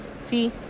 see